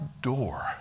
door